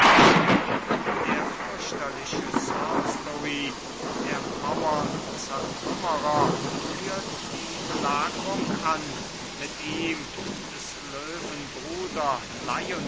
der fürchterliche salisbury der maurenzertrümmerer führt die belagrung an mit ihm des löwen bruder